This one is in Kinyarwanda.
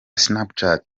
snapchat